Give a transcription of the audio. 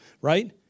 Right